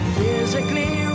physically